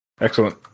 Excellent